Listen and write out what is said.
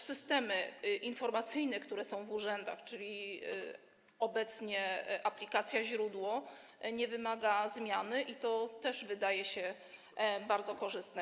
Systemy informacyjne, które są w urzędach, czyli obecnie aplikacja Źródło, nie wymagają zmiany i to też wydaje się bardzo korzystne.